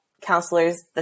counselors